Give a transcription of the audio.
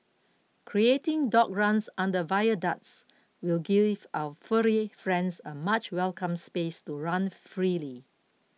creating dog runs under viaducts will give our furry friends a much welcome space to run freely